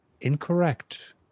Incorrect